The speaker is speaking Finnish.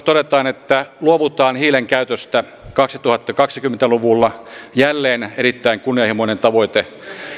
todetaan että luovutaan hiilen käytöstä kaksituhattakaksikymmentä luvulla jälleen erittäin kunnianhimoinen tavoite